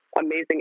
amazing